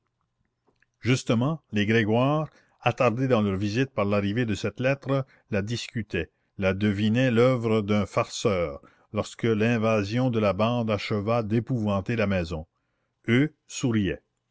justement les grégoire attardés dans leur visite par l'arrivée de cette lettre la discutaient la devinaient l'oeuvre d'un farceur lorsque l'invasion de la bande acheva d'épouvanter la maison eux souriaient